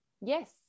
Yes